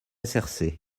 src